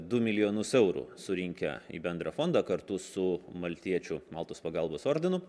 du milijonus eurų surinkę į bendrą fondą kartu su maltiečių maltos pagalbos ordinu